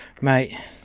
Mate